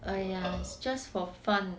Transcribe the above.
!aiya! it's just for fun